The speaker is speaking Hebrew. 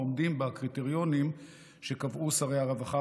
ועומדים בקריטריונים שקבעו שרי הרווחה